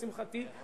לשמחתי,